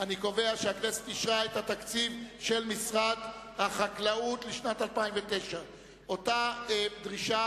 אני קובע שהכנסת אישרה את התקציב של משרד החקלאות לשנת 2009. אותה דרישה